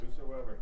Whosoever